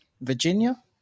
Virginia